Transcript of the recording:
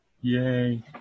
yay